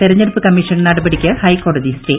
തെരഞ്ഞെടുപ്പ് ക്മ്മീഷൻ നടപടിക്ക് ഹൈക്കോടതി സ്റ്റേ